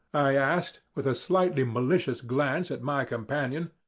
i asked, with a slightly malicious glance at my companion.